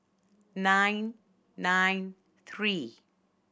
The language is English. nine nine three